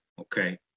Okay